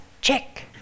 check